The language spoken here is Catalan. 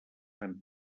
amb